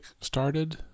started